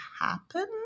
happen